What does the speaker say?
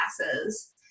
classes